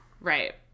Right